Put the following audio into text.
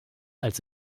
als